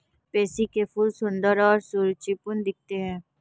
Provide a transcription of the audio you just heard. pansy के फूल सुंदर और सुरुचिपूर्ण दिखते हैं